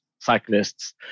Cyclists